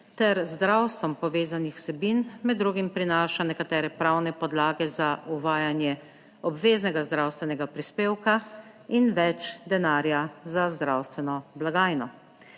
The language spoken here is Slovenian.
ter z zdravstvom povezanih vsebin med drugim prinaša nekatere pravne podlage za uvajanje obveznega zdravstvenega prispevka in več denarja za zdravstveno blagajno.